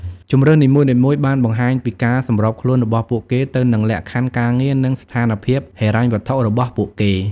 ជម្រើសនីមួយៗបានបង្ហាញពីការសម្របខ្លួនរបស់ពួកគេទៅនឹងលក្ខខណ្ឌការងារនិងស្ថានភាពហិរញ្ញវត្ថុរបស់ពួកគេ។